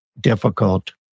difficult